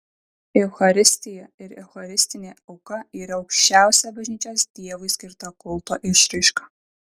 eucharistija ir eucharistinė auka yra aukščiausia bažnyčios dievui skirta kulto išraiška